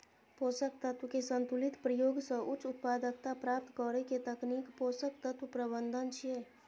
पोषक तत्व के संतुलित प्रयोग सं उच्च उत्पादकता प्राप्त करै के तकनीक पोषक तत्व प्रबंधन छियै